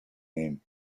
name